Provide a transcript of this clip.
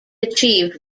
achieved